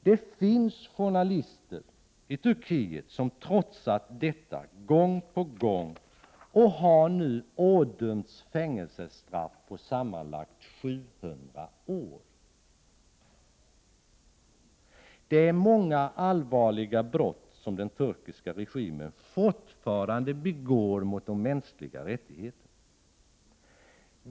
Det finns journalister i Turkiet som har trotsat detta gång på gång och som nu har ådömts fängelsestraff på sammanlagt 700 år. Det är många allvarliga brott som den turkiska regimen fortfarande begår mot de mänskliga rättigheterna.